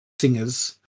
singers